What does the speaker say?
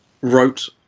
wrote